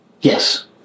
Yes